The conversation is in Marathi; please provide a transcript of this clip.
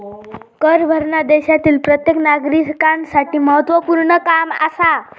कर भरना देशातील प्रत्येक नागरिकांसाठी महत्वपूर्ण काम आसा